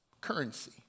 currency